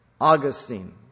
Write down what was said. Augustine